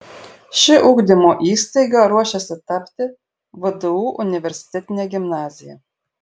ši ugdymo įstaiga ruošiasi tapti vdu universitetine gimnazija